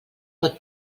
pot